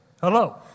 Hello